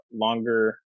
longer